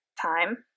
time